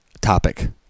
topic